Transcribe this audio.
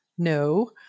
No